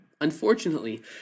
Unfortunately